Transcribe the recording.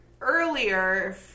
earlier